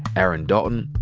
aaron dalton,